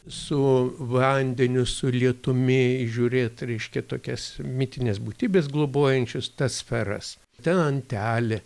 su vandeniu su lietumi įžiūrėt reiškia tokias mitinės būtybės globojančios tas sferas ten antelė